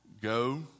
Go